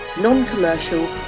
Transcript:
Non-Commercial